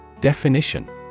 Definition